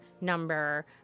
number